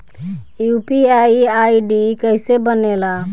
UPI ID कैसे बनेला?